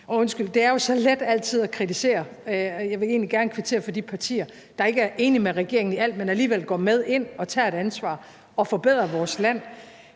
Og undskyld, det er jo så let altid at kritisere. Jeg vil egentlig gerne kvittere for de partier, der ikke er enige med regeringen i alt, men alligevel går med ind og tager et ansvar og forbedrer vores land.